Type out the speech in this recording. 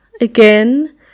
again